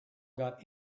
got